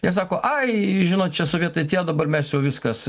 jie sako ai žinot čia sovietai atėjo dabar mes jau viskas